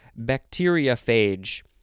bacteriophage